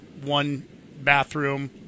one-bathroom